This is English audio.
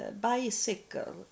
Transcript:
bicycle